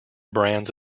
brands